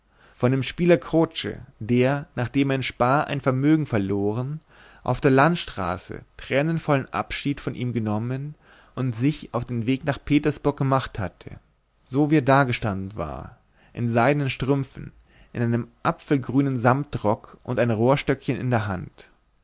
von dem spieler croce der nachdem er in spa ein vermögen verloren auf der landstraße tränenvollen abschied von ihm genommen und sich auf den weg nach petersburg gemacht hatte so wie er dagestanden war in seidenen strümpfen in einem apfelgrünen samtrock und ein rohrstöckchen in der hand